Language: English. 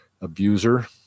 abuser